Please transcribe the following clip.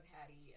Hattie